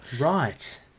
Right